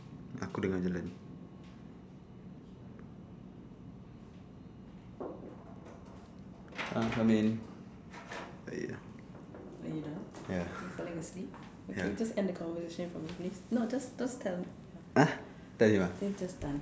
aku dengar dia jalan ah come in ya ya !huh! tell him ah